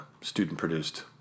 student-produced